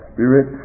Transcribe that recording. Spirit